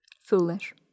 Foolish